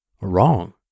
Wrong